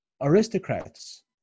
aristocrats